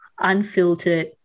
unfiltered